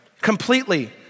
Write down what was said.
Completely